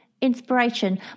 inspiration